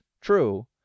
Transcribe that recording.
true